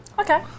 Okay